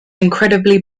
incredibly